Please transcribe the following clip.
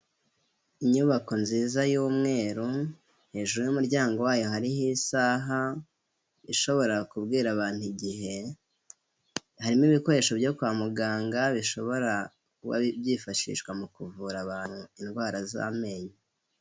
Inyubako nziza y'umweru, hejuru y'umuryango wayo hariho isaha ishobora kubwira abantu igihe, harimo ibikoresho byo kwa muganga bishobora kuba byifashishwa mu kuvura abantu indwara z'amenyo.